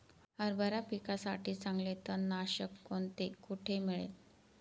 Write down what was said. हरभरा पिकासाठी चांगले तणनाशक कोणते, कोठे मिळेल?